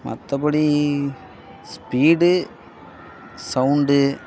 மற்றபடி speed sound